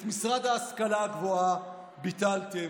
את משרד ההשכלה הגבוהה ביטלתם,